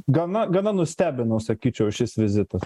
gana gana nustebino sakyčiau šis vizitas